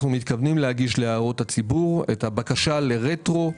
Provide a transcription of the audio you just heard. אנחנו מתכוונים להגיש להערות הציבור את הבקשה לרטרואקטיביות.